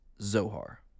Zohar